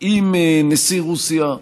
עם נשיא רוסיה,